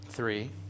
Three